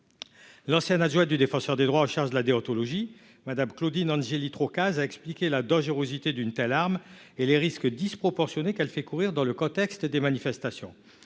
L'ancienne adjointe du Défenseur des droits en charge de la déontologie, Mme Claudine Angeli-Troccaz, a expliqué la dangerosité d'une telle arme et les risques disproportionnés qu'elle fait courir dans le contexte des manifestations